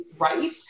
right